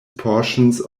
portions